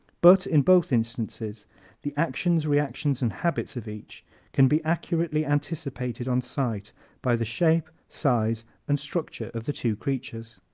but in both instances the actions, reactions and habits of each can be accurately anticipated on sight by the shape, size and structure of the two creatures.